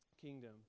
kingdom